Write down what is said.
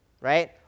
Right